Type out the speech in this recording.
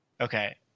Okay